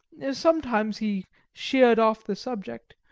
sometimes he sheered off the subject,